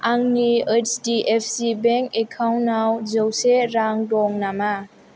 आंनि ओडसडिएफसि बेंक एकाउन्टआव जौसे रां दं नामा